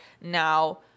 now